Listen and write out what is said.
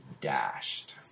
dashed